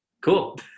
cool